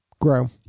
grow